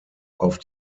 auf